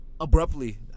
abruptly